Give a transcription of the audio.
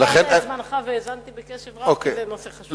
עברת את זמנך, והאזנתי בקשב רב כי זה נושא חשוב.